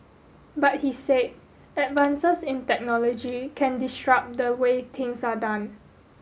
but he said advances in technology can disrupt the way things are done